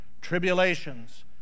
Tribulations